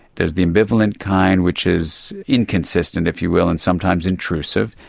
there is the ambivalent kind which is inconsistent, if you will, and sometimes intrusive.